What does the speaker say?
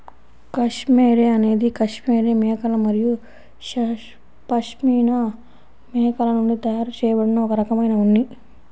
cashmere అనేది cashmere మేకలు మరియు పష్మినా మేకల నుండి తయారు చేయబడిన ఒక రకమైన ఉన్ని